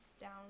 down